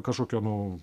kažkokio nu